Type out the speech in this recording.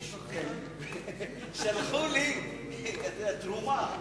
שלחו לי בקשה לתרומה.